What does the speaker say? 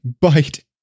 bite